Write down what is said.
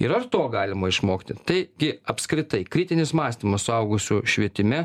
ir ar to galima išmokti taigi apskritai kritinis mąstymas suaugusių švietime